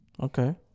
okay